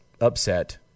upset